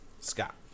Scott